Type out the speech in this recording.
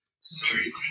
Sorry